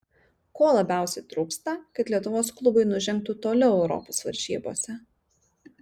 ko labiausiai trūksta kad lietuvos klubai nužengtų toliau europos varžybose